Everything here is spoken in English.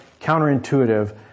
counterintuitive